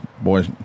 boys